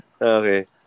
Okay